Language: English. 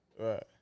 Right